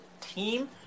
team